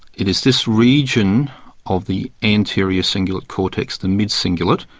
it is this region of the anterior cingulate cortex, the midcingulate,